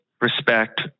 respect